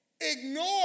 ignore